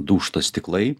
dūžta stiklai